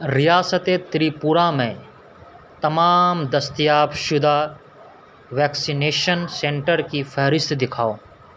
ریاست تریپورہ میں تمام دسیتاب شدہ ویکسینیشن سنٹر کی فہرست دکھاؤ